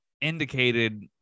indicated